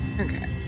Okay